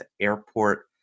Airport